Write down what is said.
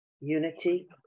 unity